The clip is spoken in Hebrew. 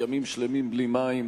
ימים שלמים בלי מים,